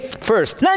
First